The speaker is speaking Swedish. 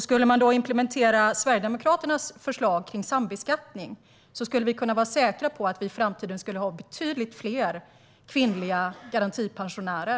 Skulle man implementera Sverigedemokraternas förslag om sambeskattning skulle vi kunna vara säkra på att vi i framtiden skulle ha betydligt fler kvinnliga garantipensionärer.